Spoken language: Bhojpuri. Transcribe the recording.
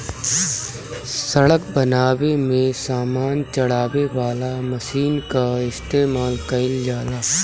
सड़क बनावे में सामान चढ़ावे वाला मशीन कअ इस्तेमाल कइल जाला